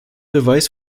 beweis